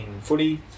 footy